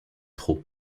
trop